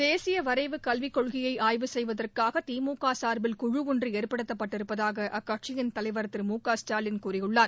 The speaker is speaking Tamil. தேசிய வரைவு கல்விக் கொள்கையை ஆய்வு செய்வதற்காக திமுக சார்பில் குழு ஒன்று ஏற்படுத்தப்பட்டிருப்பதாக அக்கட்சியின் தலைவர் திரு மு க ஸ்டாலின் கூறியுள்ளார்